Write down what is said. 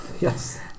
Yes